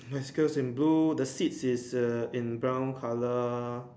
bicycles in blue the seats is a in brown color